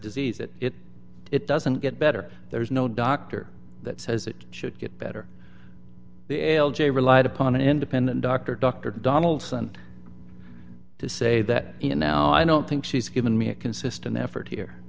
disease that it it doesn't get better there's no doctor that says it should get better l j relied upon an independent doctor dr donaldson to say that you now i don't think she's given me a consistent effort here